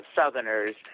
southerners